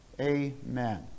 Amen